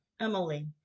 Emily